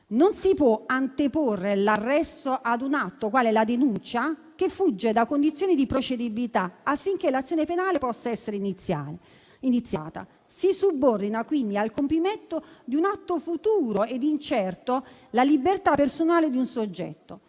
Non si può anteporre l'arresto ad un atto quale la denuncia, che funge da condizione di procedibilità affinché l'azione penale possa essere iniziata. Si subordina quindi al compimento di un atto futuro ed incerto la libertà personale di un soggetto.